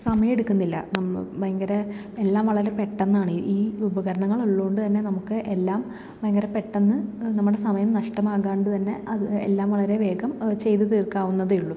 സമയമെടുക്കുന്നില്ല നമ്മൾ ഭയങ്കര എല്ലാം വളരെ പെട്ടന്നാണ് ഈ ഉപകാരണങ്ങളുള്ളോണ്ട്ന്നെ നമുക്ക് എല്ലാം ഭയങ്കര പെട്ടന്ന് നമ്മുടെ സമയം നഷ്ടമാകാണ്ട് തന്നെ എല്ലാം വളരെ വേഗം ചെയ്ത തീർക്കാവുന്നതേ ഉള്ളൂ